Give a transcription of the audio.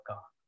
God